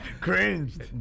cringed